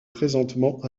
présentement